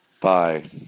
Bye